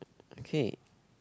okay